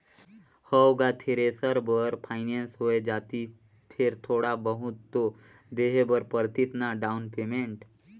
हव गा थेरेसर बर फाइनेंस होए जातिस फेर थोड़ा बहुत तो देहे बर परतिस ना डाउन पेमेंट